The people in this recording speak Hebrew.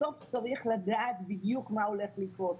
בסוף צריך לדעת בדיוק מה הולך לקרות.